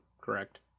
correct